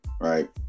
Right